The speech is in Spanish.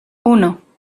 uno